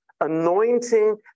anointing